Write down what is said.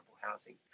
housing